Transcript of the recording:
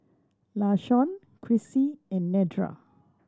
Lashawn Chrissie and Nedra